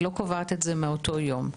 היא לא קובעת זאת מאותו יום.